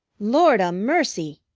lord a mercy!